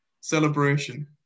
Celebration